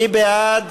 מי בעד?